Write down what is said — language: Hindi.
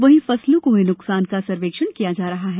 वहीं फसलों को हुए नुकसान का सर्वेक्षण किया जा रहा है